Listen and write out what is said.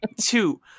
Two